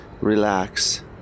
relax